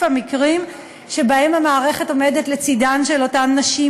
המקרים שבהם המערכת עומדת לצדן של אותן נשים,